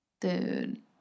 dude